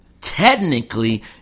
technically